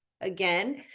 Again